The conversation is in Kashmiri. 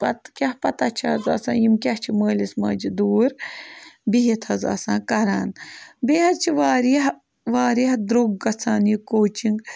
پَتہٕ کیٛاہ پَتہ چھِ آز آسان یِم کیٛاہ چھِ مٲلِس ماجہِ دوٗر بِہِتھ حظ آسان کَران بیٚیہِ حظ چھِ واریاہ واریاہ درٛوٚگ گژھان یہِ کوچِنٛگ